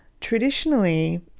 Traditionally